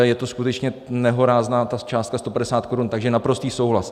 Je to skutečně nehorázná částka 150 korun, takže naprostý souhlas.